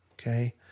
okay